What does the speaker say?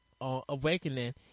Awakening